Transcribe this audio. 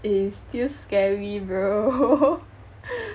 it is still scary bro